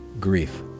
Grief